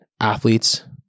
athletes